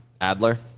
Adler